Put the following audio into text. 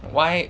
why